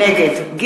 נגד זהבה גלאון,